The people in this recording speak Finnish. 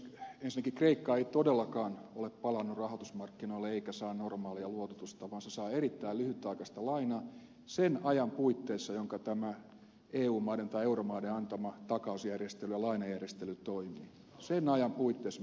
ensinnäkin kreikka ei todellakaan ole palannut rahoitusmarkkinoille eikä saa normaalia luototusta vaan se saa erittäin lyhytaikaista lainaa sen ajan puitteissa jonka tämä eu maiden tai euromaiden antama takausjärjestely ja lainajärjestely toimii sen ajan puitteissa mutta ei yhtään pidempään